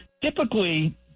typically